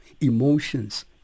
emotions